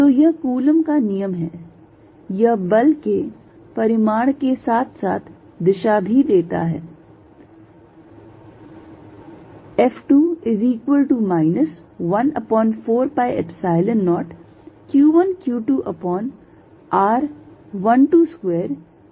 तो यह कूलॉम का नियम है यह बल के परिमाण के साथ साथ दिशा भी देता है